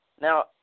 Now